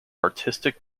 artistic